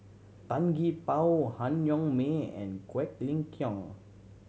Tan Gee Paw Han Yong May and Quek Ling Kiong